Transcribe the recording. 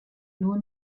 nur